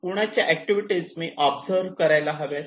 कुणाच्या ऍक्टिव्हिटीज मी ऑब्झर्व करायला हव्यात